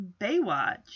Baywatch